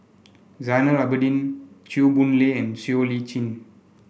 Zainal Abidin Chew Boon Lay and Siow Lee Chin